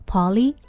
Polly